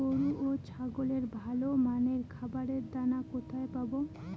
গরু ও ছাগলের ভালো মানের খাবারের দানা কোথায় পাবো?